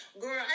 Girl